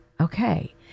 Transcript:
Okay